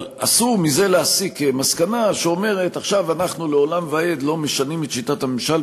אבל אסור מזה להסיק שעכשיו אנחנו לעולם ועד לא משנים את שיטת הממשל,